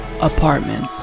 apartment